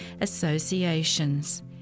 associations